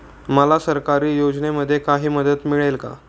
मला सरकारी योजनेमध्ये काही मदत मिळेल का?